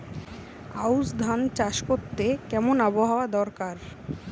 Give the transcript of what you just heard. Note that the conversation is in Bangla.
আউশ ধান চাষ করতে কেমন আবহাওয়া দরকার?